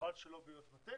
חבל שלא ביוזמתנו,